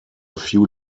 few